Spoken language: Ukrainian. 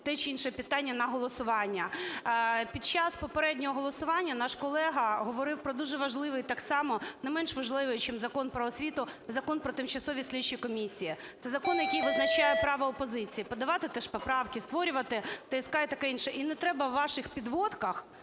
те чи інше питання на голосування. Під час попереднього голосування наш колега говорив про дуже важливий так само, не менш важливий ніж Закон "Про освіту", Закон про тимчасові слідчі комісії, це закон, який визначає право опозиції, подавати теж поправки, створювати ТСК і таке інше. І не треба у ваших підводках